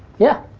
yeah.